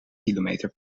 kilometer